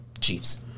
Chiefs